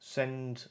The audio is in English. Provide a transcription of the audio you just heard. send